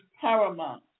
paramount